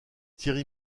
thierry